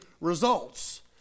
results